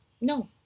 no